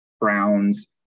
browns